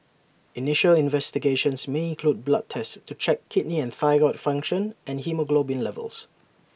initial investigations may include blood tests to check kidney and thyroid function and haemoglobin levels